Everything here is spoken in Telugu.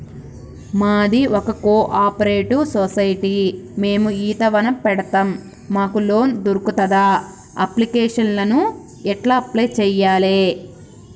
మాది ఒక కోఆపరేటివ్ సొసైటీ మేము ఈత వనం పెడతం మాకు లోన్ దొర్కుతదా? అప్లికేషన్లను ఎట్ల అప్లయ్ చేయాలే?